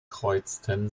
kreuzten